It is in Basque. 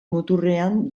muturrean